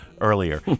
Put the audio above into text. earlier